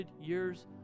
years